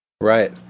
Right